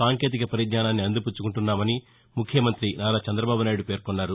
సాంకేతిక పరిజ్ఞానాన్ని అందిపుచ్చుకుంటున్నామని ముఖ్యమంతి నారా చందబాబు నాయుడు పేర్కొన్నారు